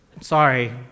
sorry